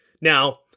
Now